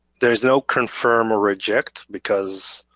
there's no confirm or reject because